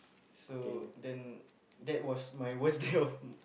so then that was my worst day of my